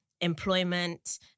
employment